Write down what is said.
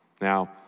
Now